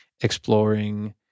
exploring